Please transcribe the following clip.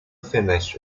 finished